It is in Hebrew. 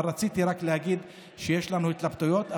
אבל רציתי רק להגיד שיש לנו התלבטויות.